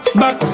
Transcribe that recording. back